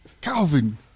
Calvin